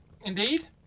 indeed